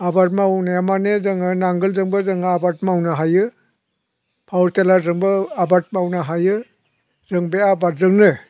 आबाद मावनाया मानि जोङो नांगालजोंबो जोङो आबाद मावनो हायो पावार टिलारजोंबो आबाद मावनो हायो जों बे आबादजोंनो